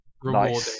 rewarding